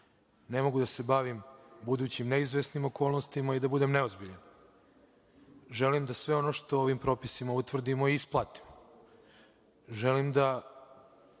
Ne mogu da se bavim budućim neizvesnim okolnostima i da budem neozbiljan. Želim da sve ono što ovim propisima utvrdimo i isplatimo. Želim da,